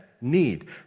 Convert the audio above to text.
need